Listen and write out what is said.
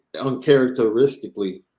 uncharacteristically